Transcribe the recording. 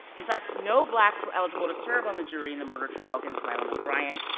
in fact, no blacks were eligible to serve on the jury in the murder trial against milam and bryant,